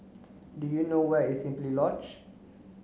do you know where is Simply Lodge